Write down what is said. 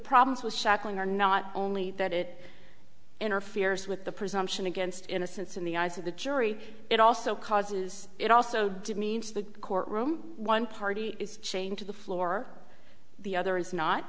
problems with shackling are not only that it interferes with the presumption against innocence in the eyes of the jury it also causes it also demeans the courtroom one party is chained to the floor the other is